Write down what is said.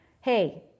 Hey